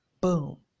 boom